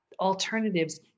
alternatives